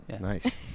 Nice